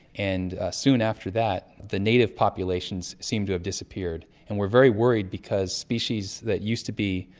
and soon after that the native populations seem to have disappeared. and we're very worried because species that used to be.